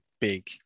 big